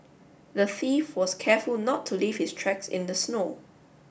the thief was careful not to leave his tracks in the snow